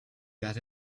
got